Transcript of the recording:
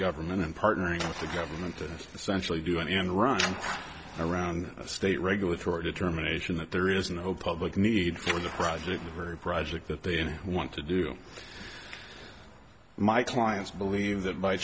government in partnering with the government essentially do an end run around the state regulatory determination that there is no public need for the project very project that they want to do my clients believe that by